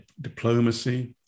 diplomacy